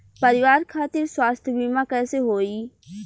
परिवार खातिर स्वास्थ्य बीमा कैसे होई?